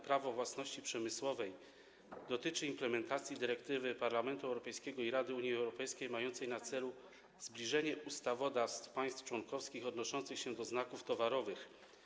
Prawo własności przemysłowej dotyczy implementacji dyrektywy Parlamentu Europejskiego i Rady Unii Europejskiej mającej na celu zbliżenie ustawodawstw państw członkowskich odnoszących się do znaków towarowych.